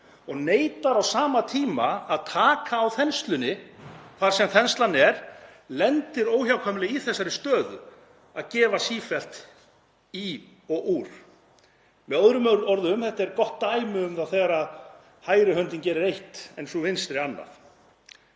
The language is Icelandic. og neitar á sama tíma að taka á þenslunni þar sem þenslan er lendir óhjákvæmilega í þessari stöðu, að gefa sífellt í og úr. Með öðrum orðum, þetta er gott dæmi um það þegar hægri höndin gerir eitt en sú vinstri annað.